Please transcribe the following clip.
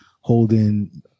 holding